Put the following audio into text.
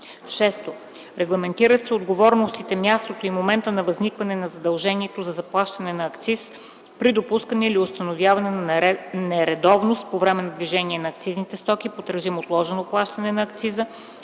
6. Регламентират се отговорностите, мястото и моментът на възникване на задължението за заплащане на акциз при допускане или установяване на нередовност по време на движение на акцизни стоки под режим отложено плащане на акциза